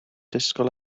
disgwyl